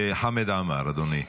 חמד עמאר, אדוני.